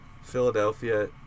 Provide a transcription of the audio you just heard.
Philadelphia